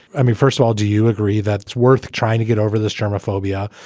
i mean, first of all, do you agree that it's worth trying to get over this germophobia?